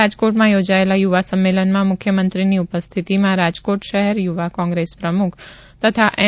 રાજકોટમાં યોજાયેલા યુવા સંમેલનમાં મુખ્યમંત્રીની ઉપસ્થિતિમાં રાજકોટ શહેર યુવા કોંગ્રેસ પ્રમુખ તથા એન